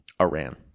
Iran